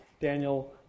Daniel